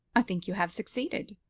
i think you have succeeded.